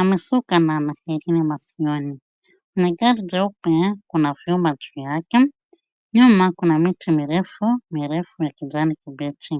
Amesuka na ana herini masikioni. Kwenye gari jeupe kuna vyuma juu yake. Nyuma kuna miti mirefu, mirefu ya kijani kibichi.